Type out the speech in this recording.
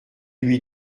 lui